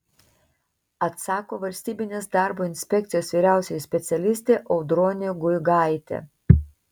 atsako valstybinės darbo inspekcijos vyriausioji specialistė audronė guigaitė